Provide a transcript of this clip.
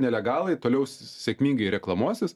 nelegalai toliau sėkmingai reklamuosis